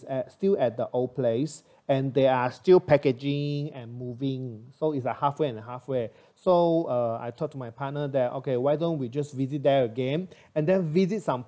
at still at the old place and they are still packaging and moving so is like halfway and halfway so I uh talk to my partner that okay why don't we just visit there again and then visit some